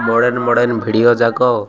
modern modern video ଯାକ